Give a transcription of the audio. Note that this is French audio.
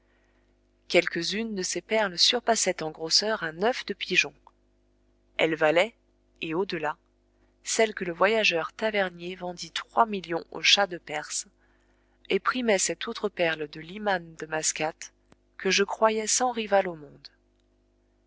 quelques-unes de ces perles surpassaient en grosseur un oeuf de pigeon elles valaient et au-delà celle que le voyageur tavernier vendit trois millions au shah de perse et primaient cette autre perle de l'iman de mascate que je croyais sans rivale au monde